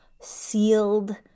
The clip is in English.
sealed